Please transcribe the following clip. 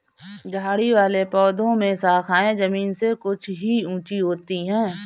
झाड़ी वाले पौधों में शाखाएँ जमीन से कुछ ही ऊँची होती है